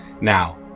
now